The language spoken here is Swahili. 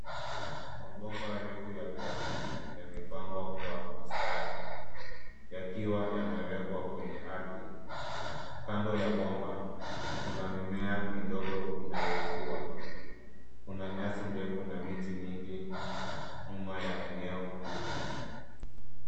Mabomba refu ya plastiki yamepangwa kwa mistari, yakiwa yamewekwa kwenye ardhi. Kando ya bomba, kuna mimea midogo inayokua. Kuna nyasi ndefu na miti mingi nyuma ya eneo hili.